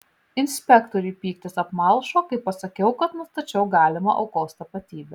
inspektoriui pyktis apmalšo kai pasakiau kad nustačiau galimą aukos tapatybę